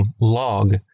log